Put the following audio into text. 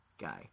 guy